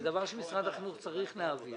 זה דבר שמשרד החינוך צריך להעביר